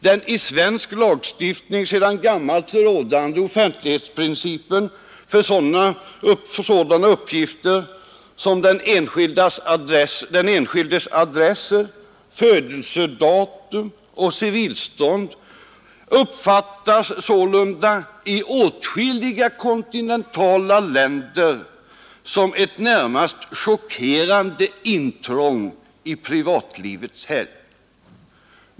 Den i svensk lagstiftning sedan länge rådande offentlighetsprincipen för sådana uppgifter som den enskildes adress, födelsedatum och civilstånd uppfattas sålunda i åtskilliga kontinentala länder som närmast chockerande intrång i privatlivets helgd.